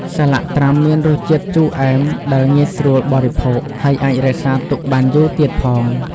សាឡាក់ត្រាំមានរសជាតិជូរអែមដែលងាយស្រួលបរិភោគ ហើយអាចរក្សាទុកបានយូរទៀតផង។